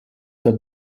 der